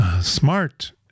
Smart